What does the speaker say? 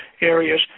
areas